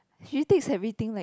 she takes everything like